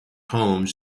homes